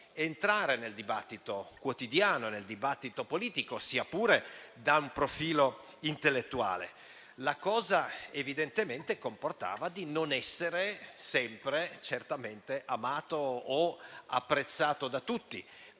di entrare nel dibattito quotidiano, nel dibattito politico, sia pure da un profilo intellettuale. Ciò, evidentemente, comportava il non essere sempre amato o apprezzato da tutti.